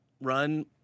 run